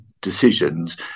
decisions